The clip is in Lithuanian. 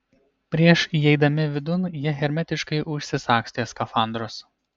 prieš įeidami vidun jie hermetiškai užsisagstė skafandrus